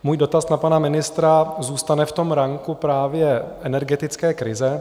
Můj dotaz na pana ministra zůstane v ranku právě energetické krize.